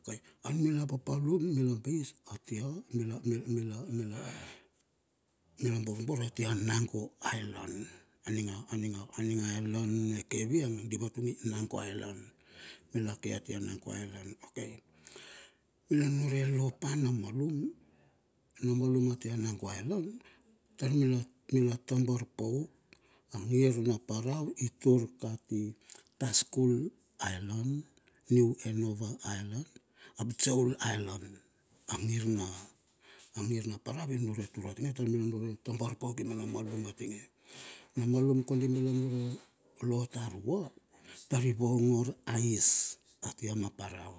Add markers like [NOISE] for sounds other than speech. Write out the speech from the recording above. Okai anumila papalum mila bais atia mila mila [HESITATION] mila borbor atia nango ailan aninga aninga ailan ne kavieng di vatungi nango island mila ke atia nango island. Okai mila nunure lopa na malum tar na malum atia nango island tar mila tabar pauk a ngir na parau i tur kati tasko island new and over island ap joul island a nir na anir na parau inunure tur atinge taur nula nunure tabar pauk ki me na nialum atinge na nialum kondi nula nunure lo tar vua tari i vaongor a ice atia ma parau.